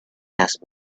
asked